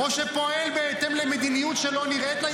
או שפועל בהתאם למדיניות שלא נראית לה,